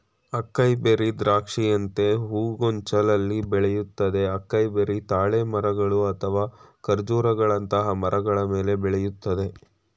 acai berry ದ್ರಾಕ್ಷಿಯಂತೆ ಹೂಗೊಂಚಲಲ್ಲಿ ಬೆಳಿತದೆ ಅಕೈಬೆರಿ ತಾಳೆ ಮರಗಳು ಅಥವಾ ಖರ್ಜೂರಗಳಂತಹ ಮರಗಳ ಮೇಲೆ ಬೆಳಿತದೆ